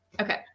Okay